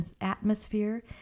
atmosphere